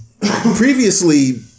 previously